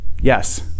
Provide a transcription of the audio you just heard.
Yes